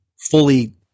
fully